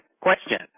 question